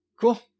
Cool